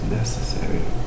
necessary